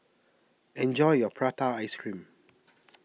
enjoy your Prata Ice Cream